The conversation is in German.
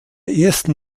ersten